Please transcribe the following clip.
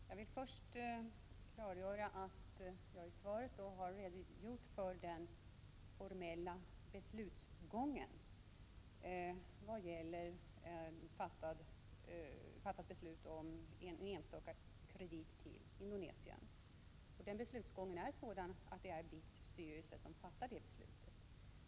Herr talman! Jag vill först klargöra att jag i svaret har redogjort för den formella beslutsgången vad gäller fattat beslut om en enstaka kredit till Indonesien. Beslutsgången är sådan att det är BITS styrelse som fattar ett sådant beslut.